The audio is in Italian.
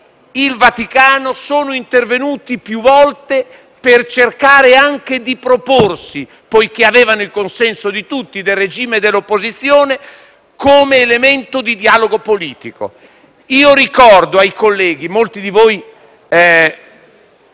il Vaticano sono intervenuti più volte anche per cercare di proporsi - poiché avevano il consenso di tutti, del regime e dell'opposizione - come elemento di dialogo politico. Ricordo ai colleghi - molti di voi